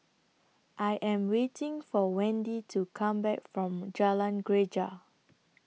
I Am waiting For Wendi to Come Back from Jalan Greja